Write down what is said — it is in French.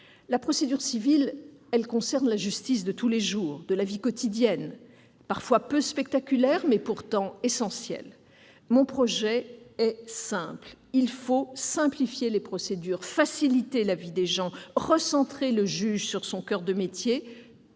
la procédure civile. Celle-ci concerne la justice de tous les jours, de la vie quotidienne, peu spectaculaire, mais pourtant essentielle. Mon projet est simple : il faut simplifier les procédures, faciliter la vie des gens, recentrer le juge sur son coeur de métier,